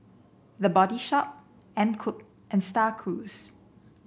The Body Shop MKUP and Star Cruise